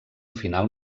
final